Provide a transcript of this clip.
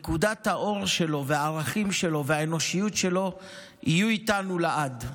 נקודת האור שלו והערכים שלו והאנושיות שלו יהיו איתנו לעד.